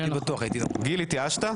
גיל, התייאשת?